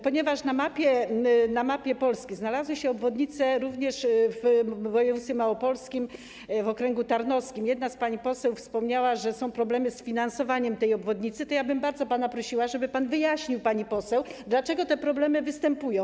Ponieważ na mapie Polski znalazły się obwodnice planowane również w województwie małopolskim w okręgu tarnowskim, a jedna z pań posłanek wspomniała, że są problemy z finansowaniem tej obwodnicy, bardzo bym pana prosiła, żeby pan wyjaśnił pani poseł, dlaczego te problemy występują.